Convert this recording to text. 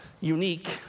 unique